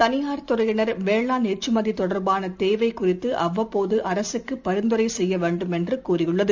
தனியார் துறையினர் வேளாண் ஏற்றுமதிதொடர்பானதேவைகுறித்துஅவ்வப்போதுஅரசுக்குபரிந்துரைசெய்யவேண்டும் என்றுகூறியுள்ளது